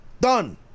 Done